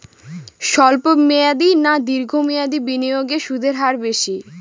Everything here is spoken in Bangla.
স্বল্প মেয়াদী না দীর্ঘ মেয়াদী বিনিয়োগে সুদের হার বেশী?